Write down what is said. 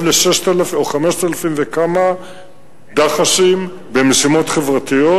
ל-6,000 או 5,000 וכמה דח"שים במשימות חברתיות,